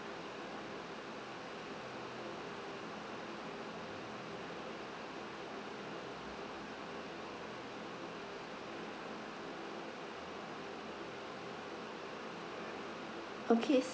okay